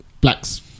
blacks